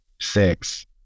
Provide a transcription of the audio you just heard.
six